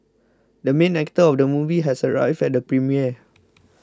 the main actor of the movie has arrived at the premiere